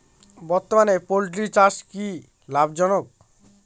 বর্তমানে পোলট্রি চাষ কি লাভজনক?